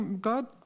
God